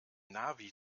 navi